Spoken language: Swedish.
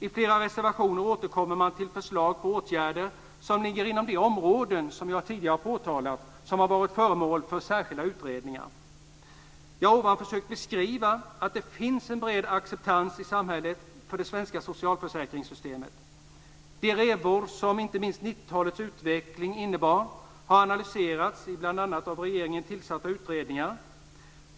I flera reservationer återkommer man till förslag på åtgärder som ligger inom de områden som jag tidigare har pekat på och som har varit föremål för särskilda utredningar. Jag har här försökt beskriva att det i samhället finns en bred acceptans för det svenska socialförsäkringssystemet. De revor som inte minst 90-talets utveckling innebar har analyserats i bl.a. av regeringen tillsatta utredningar.